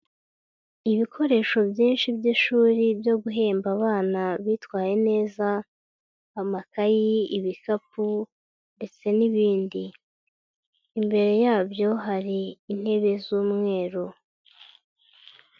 Ibikoresho byinshi by'ishuri byo guhemba abana bitwaye neza amakayi, ibikapu, ndetse n'ibindi, imbere yabyo hari intebe z'umweru.